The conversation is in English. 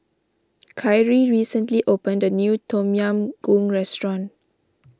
Kyree recently opened a new Tom Yam Goong restaurant